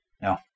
No